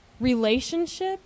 relationship